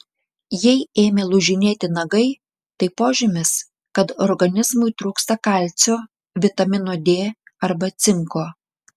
jei ėmė lūžinėti nagai tai požymis kad organizmui trūksta kalcio vitamino d arba cinko